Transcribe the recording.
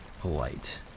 polite